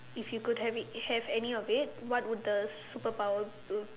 if you could have it have any of it what will the superpowers do